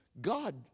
God